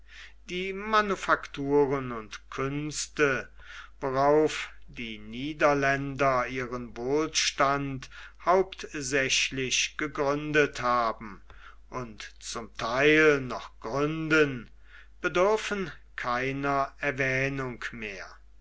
die manufakturen und künste worauf die niederländer ihren wohlstand hauptsächlich gegründet haben und zum theil noch gründen bedürfen keiner erwähnung mehr